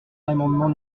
l’amendement